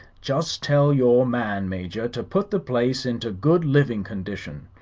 just tell your man, major, to put the place into good living condition.